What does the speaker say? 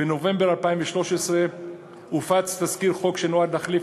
בנובמבר 2013 הופץ תזכיר חוק שנועד להחליף